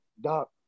doc